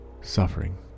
suffering